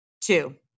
Two